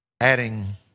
adding